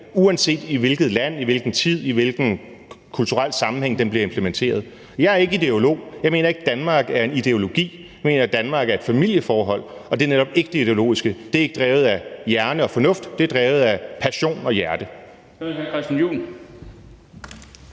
uanset i hvilket land, i hvilken tid, i hvilken kulturel sammenhæng den bliver implementeret. Jeg er ikke ideolog. Jeg mener ikke, Danmark er en ideologi. Jeg mener, Danmark er et famileforhold, og det er netop ikke det ideologiske, det er ikke drevet af hjerne og fornuft, det er drevet af passion og hjerte. Kl. 11:55 Den fg.